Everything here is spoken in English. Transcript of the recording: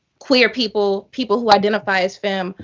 queer people, people who identify as femme,